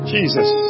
Jesus